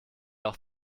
auch